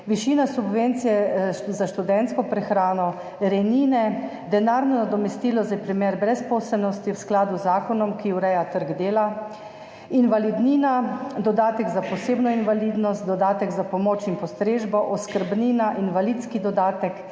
višina subvencije za študentsko prehrano, rejnine, denarno nadomestilo za primer brezposelnosti v skladu z zakonom, ki ureja trg dela, invalidnina, dodatek za posebno invalidnost, dodatek za pomoč in postrežbo, oskrbnina, invalidski dodatek,